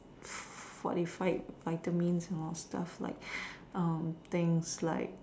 forty five vitamins more stuffs like um things like